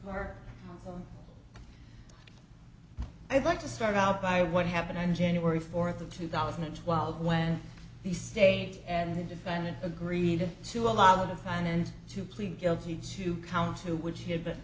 or i'd like to start out by what happened in january fourth of two thousand and twelve when the state and the defendant agreed to allow the front end to plead guilty to count two which had been